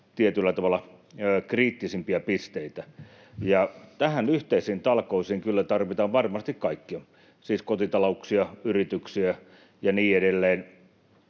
tietyllä tavalla kriittisimpiä pisteitä. Näihin yhteisiin talkoisiin kyllä tarvitaan varmasti kaikkia, siis kotitalouksia, yrityksiä ja niin edelleen.